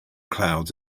clouds